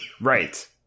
Right